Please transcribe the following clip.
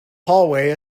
hallway